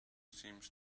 seems